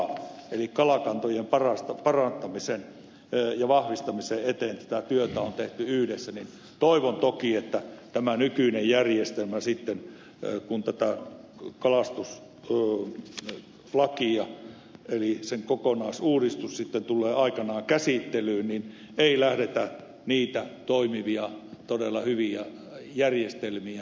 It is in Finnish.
eli kun kalakantojen parantamisen ja vahvistamisen eteen tätä työtä on tehty yhdessä niin toivon toki että tässä nykyisessä järjestelmässä sitten kun tämän kalastuslain kokonaisuudistus tulee aikanaan käsittelyyn ei lähdetä niitä toimivia todella hyviä järjestelmiä